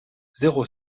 zéro